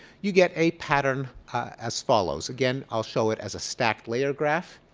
you get a pattern as follows. again, i'll show it as a stacked layer graph.